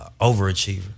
overachiever